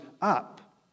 up